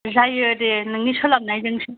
जायो दे नोंनि सोलाबनाय जोंसो